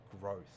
growth